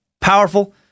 powerful